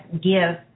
give